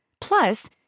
Plus